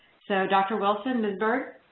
so, dr. wilson, ms. berg.